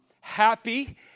happy